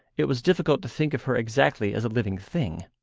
it was difficult to think of her exactly as a living thing.